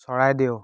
Charaideo